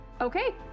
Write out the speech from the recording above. okay